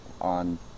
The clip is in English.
on